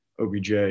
OBJ